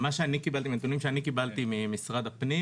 מהנתונים שאני קיבלתי ממשרד הפנים,